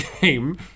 game